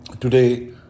today